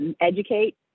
educate